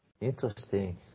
Interesting